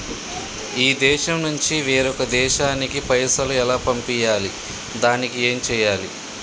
ఈ దేశం నుంచి వేరొక దేశానికి పైసలు ఎలా పంపియ్యాలి? దానికి ఏం చేయాలి?